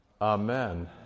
Amen